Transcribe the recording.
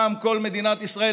פעם כל מדינת ישראל,